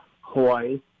Hawaii